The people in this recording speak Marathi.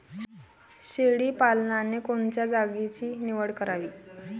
शेळी पालनाले कोनच्या जागेची निवड करावी?